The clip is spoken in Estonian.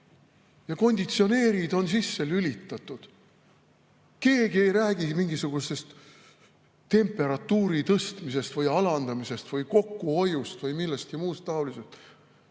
ja konditsioneerid on sisse lülitatud, keegi ei räägi mingisugusest temperatuuri tõstmisest või alandamisest või kokkuhoiust või millestki muust taolisest.